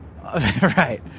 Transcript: Right